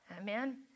Amen